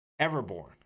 Everborn